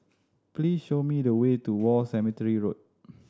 please show me the way to War Cemetery Road